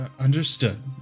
Understood